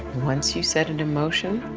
once you set it in motion,